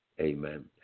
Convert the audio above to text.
Amen